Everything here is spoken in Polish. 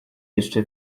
jeszcze